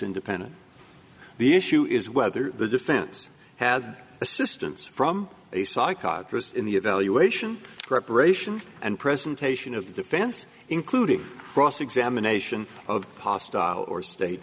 independent the issue is whether the defense had assistance from a psychologist in the evaluation preparation and presentation of the fence including cross examination of hostile or state